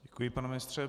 Děkuji, pane ministře.